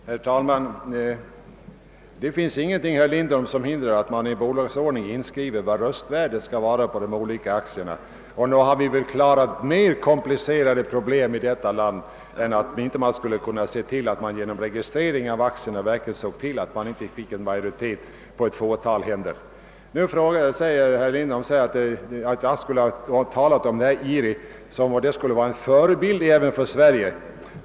Herr talman! Det finns ingenting, herr Lindholm, som hindrar att man i en bolagsordning inskriver vad röstvärdet skall vara på de olika aktierna. Nog har vi väl klarat mer komplicerade problem i detta land än att se till att genom registrering av aktier eller på annat sätt förhindra att en majoritet hamnar på ett fåtal händer. Nu säger herr Lindholm att jag har talat om IRI som om det skulle vara en förebild för Sverige.